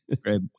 Great